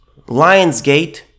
Lionsgate